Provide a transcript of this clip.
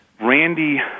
Randy